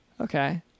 Okay